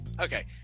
Okay